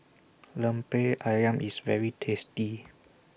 Lemper Ayam IS very tasty